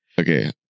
okay